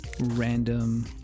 Random